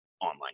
online